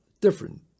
different